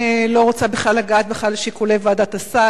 אני לא רוצה בכלל לגעת בשיקולי ועדת הסל,